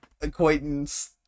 acquaintance